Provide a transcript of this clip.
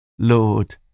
Lord